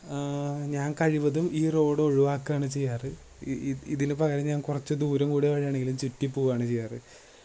ഞാന് കഴിവതും ഈ റോഡൊഴിവാക്കുകയാണ് ചെയ്യാറ് ഇ ഇ ഇതിന് പകരം ഞാന് കുറച്ച് ദൂരം കൂടിയ വഴി ആണേലും ചുറ്റി പോവുകയാണ് ചെയ്യാറ്